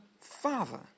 Father